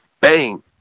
bang